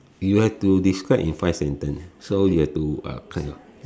you have to describe in five sentence so you have to uh kind of